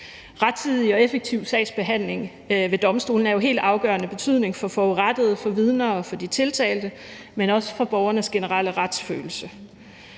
Rettidig og effektiv sagsbehandling ved domstolene er jo af helt afgørende betydning for forurettede, for vidner og for de tiltalte, men også for borgernes generelle retsfølelse.